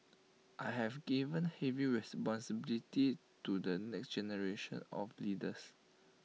I have given heavy responsibilities to the next generation of leaders